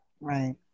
Right